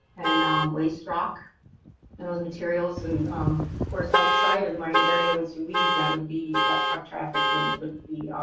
and um waste rock and those materials. and of course outside of the mining area, once you leave, that would be, that truck traffic would be,